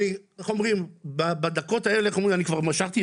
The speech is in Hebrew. צריכה להיות